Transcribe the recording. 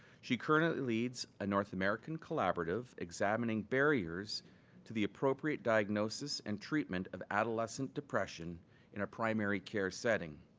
she currently leads a north american collaborative examining barriers to the appropriate diagnosis and treatment of adolescent depression in a primary care setting,